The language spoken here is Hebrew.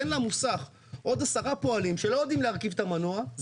תן למוסך עוד עשרה פועלים שלא יודעים להרכיב את המנוע,